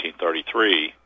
1933